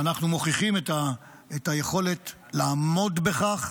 ואנחנו מוכיחים את היכולת לעמוד בכך,